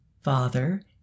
Father